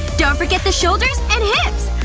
don't forget the shoulders and hips!